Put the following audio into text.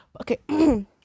Okay